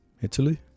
Italy